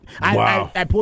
Wow